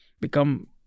become